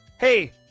Hey